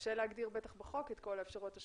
קשה להגדיר בחוק את כל האפשרויות השונות,